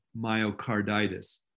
myocarditis